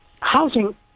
Housing